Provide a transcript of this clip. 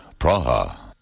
Praha